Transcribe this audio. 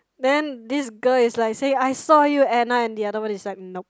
then this girl is like saying I saw you Anna and the other one is like nope